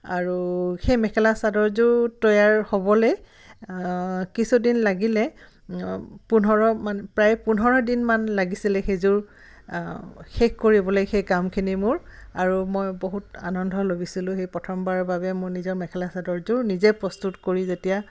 আৰু সেই মেখেলা চাদৰযোৰ তৈয়াৰ হ'বলৈ কিছুদিন লাগিলে পোন্ধৰমান প্ৰায় পোন্ধৰ দিনমান লাগিছিলে সেইযোৰ শেষ কৰিবলৈ সেই কামখিনি মোৰ আৰু মই বহুত আনন্দ লভিছিলোঁ সেই প্ৰথমবাৰৰ বাবে মোৰ নিজৰ মেখেলা চাদৰযোৰ নিজে প্ৰস্তুত কৰি যেতিয়া